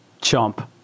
Chomp